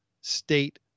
State